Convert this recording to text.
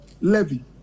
levy